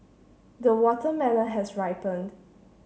the watermelon has ripened